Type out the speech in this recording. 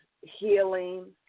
healing